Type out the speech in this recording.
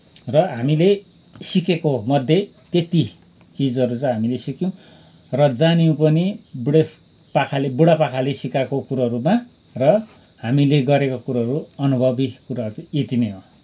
र हामीले सिकेको मध्ये त्यति चिजहरू चाहिँ हामीले सिक्यौँ र जान्यौँ पनि बुढेसपाका बुढा पाकाले सिकाएको कुरोमा र हामीले गरेको कुरोहरू अनुभवी कुराहरू चाहिँ यति नै हो